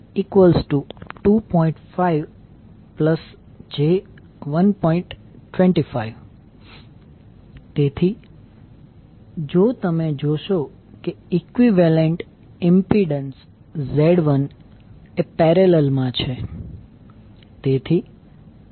25 તેથી જો તમે જોશો કે ઇક્વીવેલેંટ ઇમ્પિડન્સ Z1 એ પેરેલલ માં છે